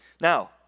Now